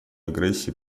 агрессии